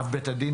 אב בית הדין,